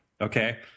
okay